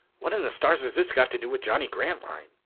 what in the stars has this got to do with johnny grantline?